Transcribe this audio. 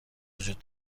وجود